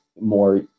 more